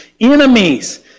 enemies